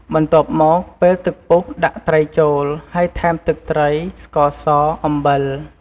បន្ទាប់មក ពេលទឹកពុះ ដាក់ត្រីចូល ហើយថែមទឹកត្រី ស្ករស អំបិល។